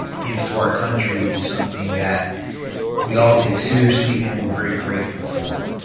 give to our country is something that we all take seriously and we are very grateful for.